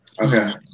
Okay